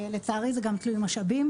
לצערי, זה גם תלוי משאבים.